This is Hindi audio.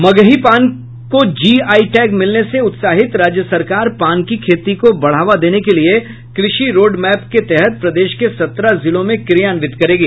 मगही पान को जीआई टैग मिलने से उत्साहित राज्य सरकार पान की खेती को बढ़ावा देने के लिए कृषि रोड मैप को प्रदेश के सत्रह जिलों में क्रियान्वित करेगी